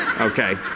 okay